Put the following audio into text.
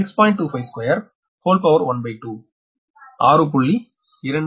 2506 metre ஆகும்